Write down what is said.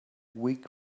weak